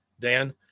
Dan